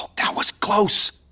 that was close.